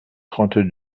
trente